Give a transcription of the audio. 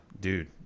dude